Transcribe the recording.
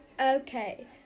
Okay